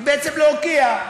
זה בעצם להוקיע,